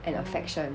and affection